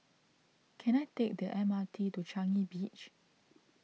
can I take the M R T to Changi Beach